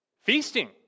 Feasting